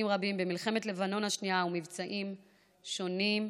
רבים במלחמת לבנון השנייה ומבצעים שונים,